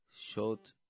short